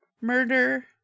murder